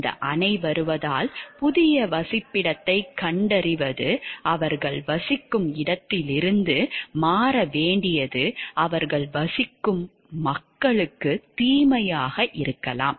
இந்த அணை வருவதால் புதிய வசிப்பிடத்தைக் கண்டறிவது அவர்கள் வசிக்கும் இடத்திலிருந்து மாற வேண்டியது அவர்கள் வசிக்கும் மக்களுக்கு தீமையாக இருக்கலாம்